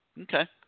Okay